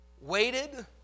waited